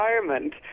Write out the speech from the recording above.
environment